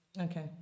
Okay